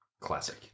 classic